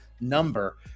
number